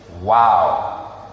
Wow